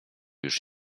już